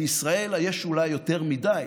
בישראל יש אולי יותר מדי.